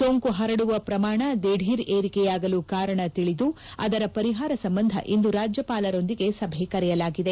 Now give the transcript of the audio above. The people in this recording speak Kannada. ಸೋಂಕು ಹರಡುವ ಪ್ರಮಾಣ ದಿಢೀರ್ ಏರಿಕೆಯಾಗಲು ಕಾರಣ ತಿಳಿದು ಅದರ ಪರಿಹಾರ ಸಂಬಂಧ ಇಂದು ರಾಜ್ಯಪಾಲರೊಂದಿಗೆ ಸಭೆ ಕರೆಯಲಾಗಿದೆ